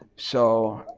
so.